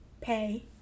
pay